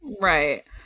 Right